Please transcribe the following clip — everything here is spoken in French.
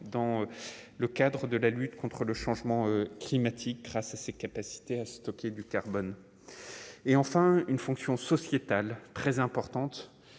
dans le cadre de la lutte contre le changement climatique grâce à ses capacités à stocker du carbone et enfin une fonction sociétale, très importante